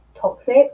toxic